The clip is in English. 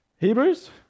Hebrews